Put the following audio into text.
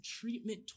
treatment